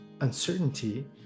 uncertainty